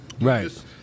right